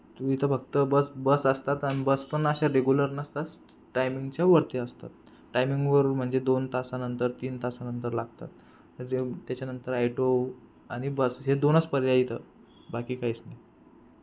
तू इथं फक्त bus bus असतात आणि बस पण अशा रेग्युलर नसतात टाईमिंगच्या वरती असतात टाईमिंगवर म्हणजे दोन तासानंतर तीन तासानंतर लागतात त्याच्यानंतर ॲटो आणि बस हे दोनच पर्याय इथं बाकी काहीच नाही